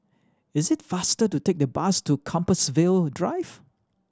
it's faster to take the bus to Compassvale Drive